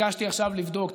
ביקשתי עכשיו לבדוק,